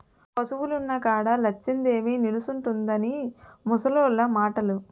పశువులున్న కాడ లచ్చిందేవి నిలుసుంటుందని ముసలోళ్లు మాటలు